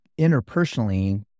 interpersonally